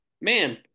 man